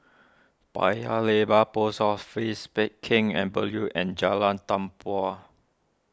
Paya Lebar Post Office Pheng Geck Avenue and Jalan Tempua